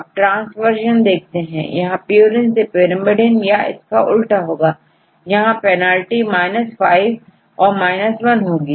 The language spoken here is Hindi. अब ट्रांस वर्शन देखते हैं यहांPurine से pyrimidine या उसका उल्टा होगा यहां पेनल्टी 5 और 1 होगी